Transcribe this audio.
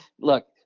Look